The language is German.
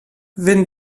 wenn